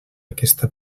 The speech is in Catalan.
aquesta